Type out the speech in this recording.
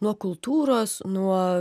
nuo kultūros nuo